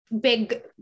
big